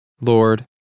Lord